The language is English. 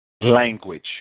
language